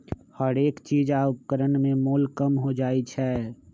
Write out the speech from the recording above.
हरेक चीज आ उपकरण में मोल कम हो जाइ छै